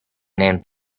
named